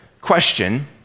question